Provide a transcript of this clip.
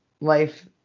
life